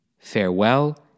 Farewell